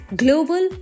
global